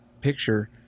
picture